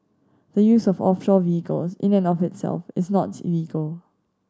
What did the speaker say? the use of offshore vehicles in and of itself is not illegal